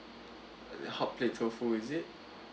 hotplate tofu is it